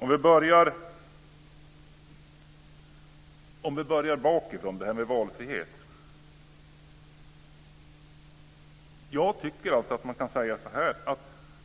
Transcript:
Fru talman! Jag kan börja bakifrån med frågan om valfrihet.